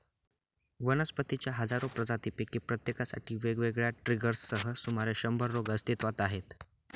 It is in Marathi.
वनस्पतींच्या हजारो प्रजातींपैकी प्रत्येकासाठी वेगवेगळ्या ट्रिगर्ससह सुमारे शंभर रोग अस्तित्वात आहेत